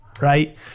right